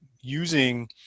using